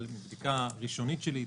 אבל מבדיקה ראשונית שלי,